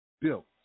built